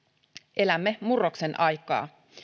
elämme murroksen aikaa